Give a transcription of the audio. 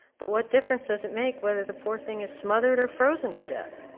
but what difference does it make whether the poor thing is smothered or frozen to death?